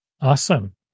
Awesome